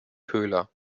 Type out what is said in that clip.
köhler